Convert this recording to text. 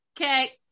okay